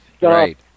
Right